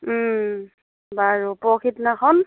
ওম বাৰু পৰহি দিনাখন